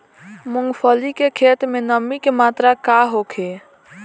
मूँगफली के खेत में नमी के मात्रा का होखे?